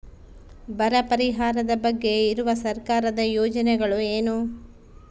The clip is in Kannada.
ಬರ ಪರಿಹಾರದ ಬಗ್ಗೆ ಇರುವ ಸರ್ಕಾರದ ಯೋಜನೆಗಳು ಏನು?